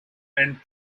and